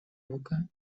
boca